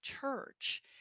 church